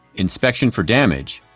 inspection for damage,